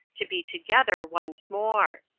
to be together once more.